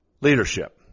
leadership